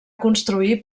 construir